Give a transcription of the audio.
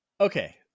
Okay